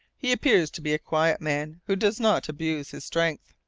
he appears to be a quiet man who does not abuse his strength.